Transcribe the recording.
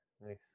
nice